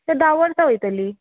so धा वर्सां वयतलीं